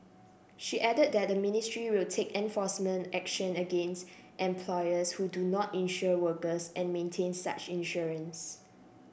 she added that the ministry will take enforcement action against employers who do not insure workers and maintain such insurance